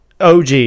OG